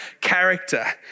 character